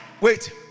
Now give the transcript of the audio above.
Wait